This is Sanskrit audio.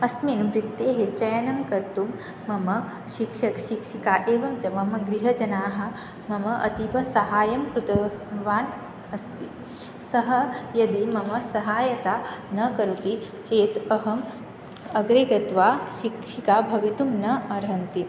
अस्मिन् वृत्तेः चयनं कर्तुं मम शिक्षकशिक्षिकाः एवं च मम गृहजनाः मम अतीव साहाय्यं कृतवान् अस्ति सः यदि मम सहायतां न करोति चेत् अहम् अग्रे गत्वा शिक्षिका भवितुं न अर्हन्ति